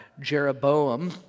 Jeroboam